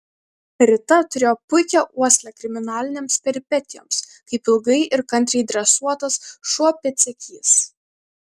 rita turėjo puikią uoslę kriminalinėms peripetijoms kaip ilgai ir kantriai dresuotas šuo pėdsekys